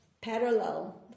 parallel